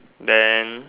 then